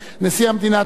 נשיא המדינה (תיקון,